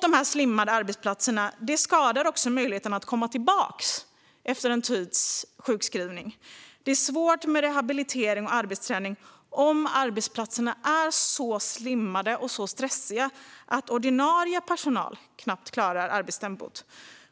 De slimmade arbetsplatserna försvårar också möjligheterna att komma tillbaka efter en tids sjukskrivning. Det är svårt med rehabilitering och arbetsträning om arbetsplatserna är så slimmade och stressiga att ordinarie personal knappt klarar arbetstempot.